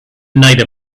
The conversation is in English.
night